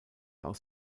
aus